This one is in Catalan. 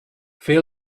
fer